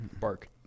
Bark